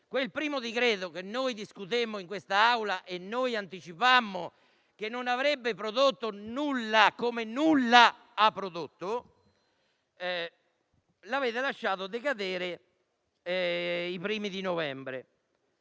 quel primo decreto che discutemmo in quest'Aula, quando noi anticipammo che non avrebbe prodotto nulla (come nulla ha prodotto), l'avete lasciato decadere i primi giorni di novembre.